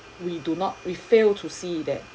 we do not we failed to see that